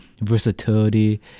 versatility